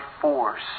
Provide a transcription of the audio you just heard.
force